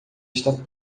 está